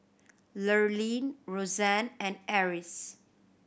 Lurline Rozanne and Eris